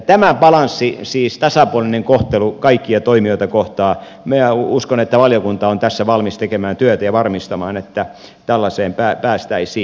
tämä balanssi siis tasapuolinen kohtelu kaikkia toimijoita kohtaan minä uskon että valiokunta on tässä valmis tekemään työtä ja varmistamaan että tällaiseen päästäisiin